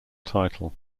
title